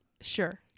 Sure